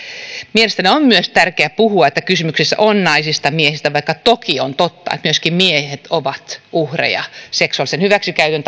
mielestäni on myös tärkeää puhua että kysymys on naisista ja miehistä vaikka toki on totta että myöskin miehet ovat uhreja seksuaalisen hyväksikäytön